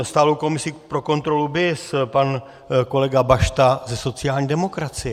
Stálou komisi pro kontrolu BIS pan kolega Bašta ze sociální demokracie.